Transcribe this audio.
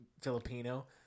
Filipino